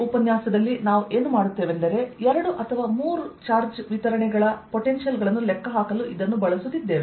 ಈ ಉಪನ್ಯಾಸದಲ್ಲಿ ನಾವು ಏನು ಮಾಡುತ್ತೇವೆಂದರೆ ಎರಡು ಅಥವಾ ಮೂರು ಚಾರ್ಜ್ ವಿತರಣೆಗಳ ಪೊಟೆನ್ಶಿಯಲ್ ಗಳನ್ನು ಲೆಕ್ಕಹಾಕಲು ಇದನ್ನು ಬಳಸುತ್ತಿದ್ದೇವೆ